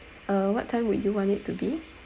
uh what time would you want it to be